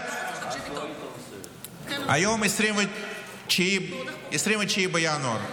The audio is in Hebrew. היום 29 בינואר,